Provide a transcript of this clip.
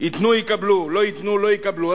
ייתנו, יקבלו, לא ייתנו, לא יקבלו.